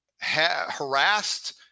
harassed